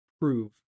prove